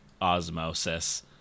osmosis